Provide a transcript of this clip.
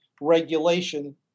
regulation